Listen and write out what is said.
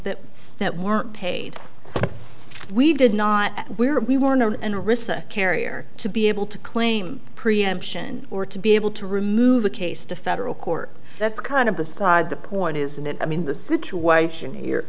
that that weren't paid we did not where we were known and rissa carrier to be able to claim preemption or to be able to remove a case to federal court that's kind of beside the point isn't it i mean the situation here